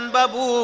Babu